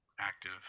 active